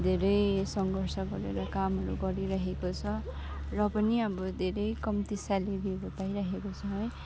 धेरै सङ्घर्ष गरेर कामहरू गरिरहेको छ र पनि अब धेरै कम्ती स्यालेरीहरू पाइरहेको छ है